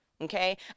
Okay